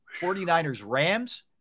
49ers-Rams